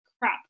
crap